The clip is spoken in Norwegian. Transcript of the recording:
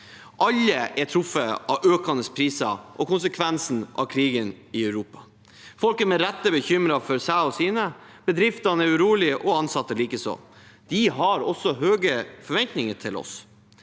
Alle er truffet av økende priser og konsekvenser av krigen i Europa. Folk er med rette bekymret for seg og sine, bedriftene er urolige og ansatte likeså. De har også høye forventninger til oss.